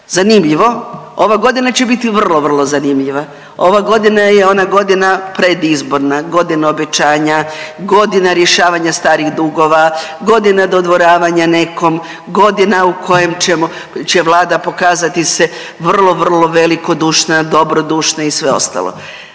Zanimljivo, ova godina će biti vrlo, vrlo zanimljiva. Ova godina je ona godina predizborna, godina obećanja, godina rješavanja starih dugova, godina dodvoravanja nekom, godina u kojem ćemo, će Vlada pokazati vrlo, vrlo velikodušna, dobrodušna i sve ostalo.